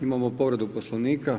Imamo povredu Poslovnika.